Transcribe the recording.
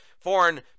Foreign